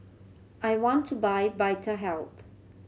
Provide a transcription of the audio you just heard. I want to buy Vitahealth